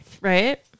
Right